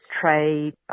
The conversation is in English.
trade